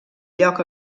lloc